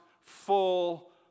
full